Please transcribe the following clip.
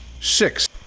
Six